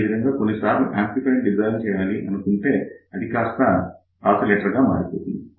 అదేవిధంగా కొన్నిసార్లు amplifier design చేయాలి అనుకుంటే అది కాస్త ఆసిలేటర్ గా మారిపోతుంది